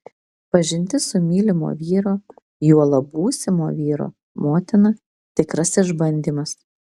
pažintis su mylimo vyro juolab būsimo vyro motina tikras išbandymas